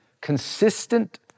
consistent